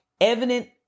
evident